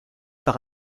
par